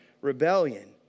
rebellion